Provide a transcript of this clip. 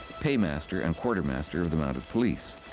paymaster and quartermaster of the mounted police.